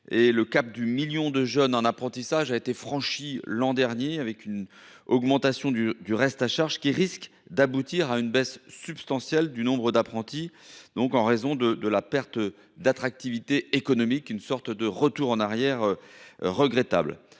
le cap du million de jeunes en apprentissage a été franchi l’an dernier, l’augmentation du reste à charge risque d’entraîner une baisse substantielle du nombre d’apprentis, en raison d’une perte d’attractivité économique. Un tel retour en arrière serait